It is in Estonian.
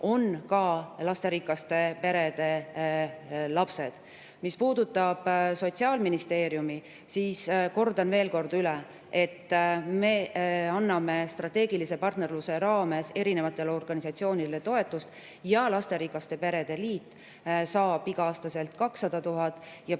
on ka lasterikaste perede lapsed. Mis puudutab Sotsiaalministeeriumi, siis kordan veel kord üle, et me anname strateegilise partnerluse raames erinevatele organisatsioonidele toetust. Lasterikaste perede liit saab iga aasta 200 000 ja